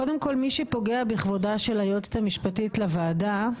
קודם כל מי שפוגע בכבודה של היועצת המשפטית לוועדה,